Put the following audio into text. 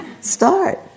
start